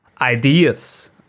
ideas